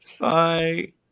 Bye